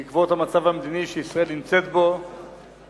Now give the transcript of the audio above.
בעקבות המצב המדיני שישראל נמצאת בו